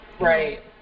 Right